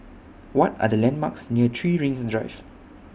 What Are The landmarks near three Rings Drive